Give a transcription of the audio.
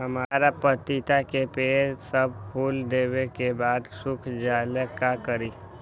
हमरा पतिता के पेड़ सब फुल देबे के बाद सुख जाले का करी?